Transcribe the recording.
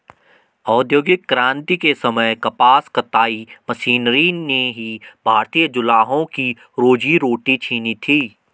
औद्योगिक क्रांति के समय कपास कताई मशीनरी ने ही भारतीय जुलाहों की रोजी रोटी छिनी थी